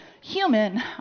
human